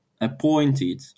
appointed